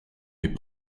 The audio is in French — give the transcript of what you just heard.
les